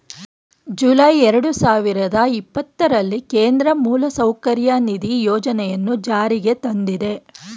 July ಎರಡು ಸಾವಿರದ ಇಪ್ಪತ್ತರಲ್ಲಿ ಕೇಂದ್ರ ಮೂಲಸೌಕರ್ಯ ನಿಧಿ ಯೋಜನೆಯನ್ನು ಜಾರಿಗೆ ತಂದಿದೆ